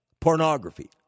pornography